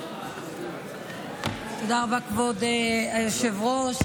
תודה רבה, כבוד היושב-ראש.